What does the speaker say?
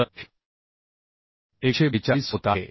तर हे 142 होत आहे